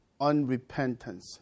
unrepentance